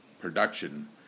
production